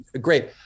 great